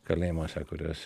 kalėjimuose kuriuos